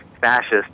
fascists